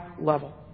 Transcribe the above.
level